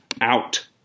out